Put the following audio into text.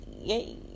yay